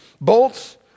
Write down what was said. bolts